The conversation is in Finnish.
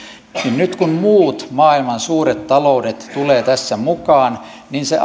nyt kun muut maailman suuret taloudet tulevat tässä mukaan niin se